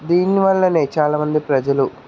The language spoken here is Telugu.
దీని వల్లనే చాలామంది ప్రజలు